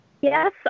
yes